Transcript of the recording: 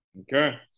Okay